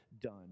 done